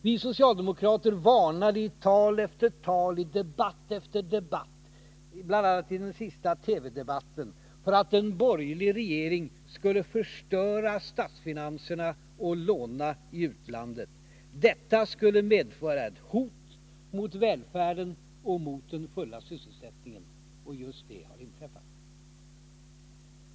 Vi socialdemokrater varnade i tal efter tal, i debatt efter debatt, bl.a. i den sista TV-debatten, för att en borgerlig regering skulle förstöra statsfinanserna och låna i utlandet. Detta skulle medföra ett hot mot välfärden och mot den fulla sysselsättningen. Just detta har inträffat.